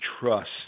trust